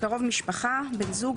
"קרוב משפחה" בן זוג,